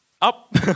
up